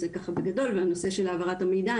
אז זה ככה בגדול והנושא של העברת המידע,